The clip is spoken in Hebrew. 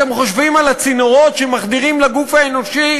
אתם חושבים על הצינורות שמחדירים לגוף האנושי,